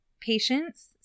patience